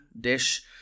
dish